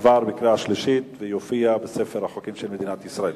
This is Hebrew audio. עבר בקריאה שלישית ויופיע בספר החוקים של מדינת ישראל.